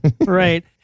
Right